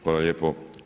Hvala lijepo.